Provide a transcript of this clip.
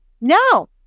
no